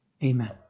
Amen